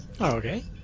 Okay